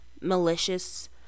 malicious